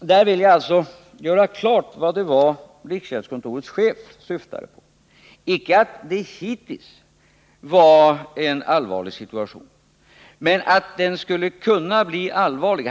Jag vill här göra klart vad det var riksgäldskontorets chef syftad2 på, nämligen icke att det hittills var en allvarlig situation men att den skulle kunna bli allvarlig.